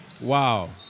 Wow